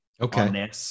Okay